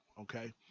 okay